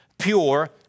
Pure